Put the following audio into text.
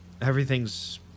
Everything's